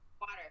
Water